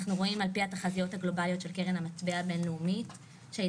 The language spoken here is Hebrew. אנחנו רואים על-פי התחזיות הגלובליות של קרן המטבע הבין לאומית שהתגברות